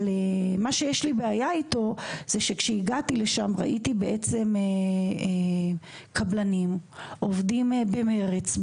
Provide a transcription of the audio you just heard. אבל מה שיש לי בעיה איתו זה כשהגעתי לשם ראיתי בעצם קבלנים עובדים במרץ,